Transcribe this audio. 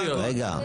רגע.